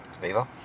viva